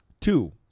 Two